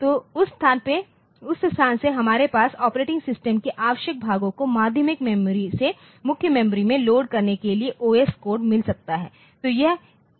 तो उस स्थान से हमारे पास ऑपरेटिंग सिस्टम के आवश्यक भागों को माध्यमिक मेमोरी से मुख्य मेमोरी में लोड करने के लिए ओएस कोड मिल सकता है